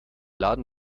laden